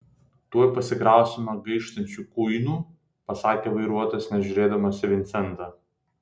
tuoj pasikrausime gaištančių kuinų pasakė vairuotojas nežiūrėdamas į vincentą